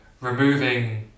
removing